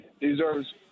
deserves